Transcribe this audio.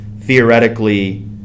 theoretically